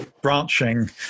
branching